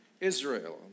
Israel